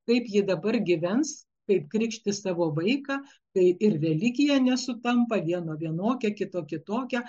kaip ji dabar gyvens kaip krikštys savo vaiką tai ir religija nesutampa vieno vienokia kito kitokia